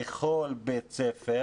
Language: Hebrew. לכל בית ספר